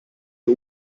die